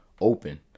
open